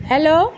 hello